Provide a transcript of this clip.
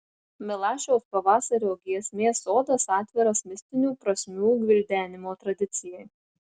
milašiaus pavasario giesmės sodas atviras mistinių prasmių gvildenimo tradicijai